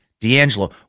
D'Angelo